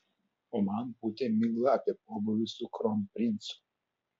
o man pūtė miglą apie pobūvius su kronprincu